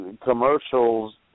commercials